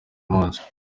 munsi